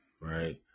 right